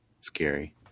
Scary